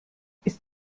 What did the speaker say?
ist